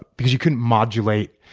because you couldn't modulate.